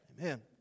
Amen